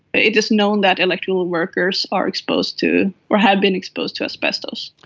it is known that electrical workers are exposed to or have been exposed to asbestos.